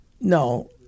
No